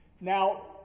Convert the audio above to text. Now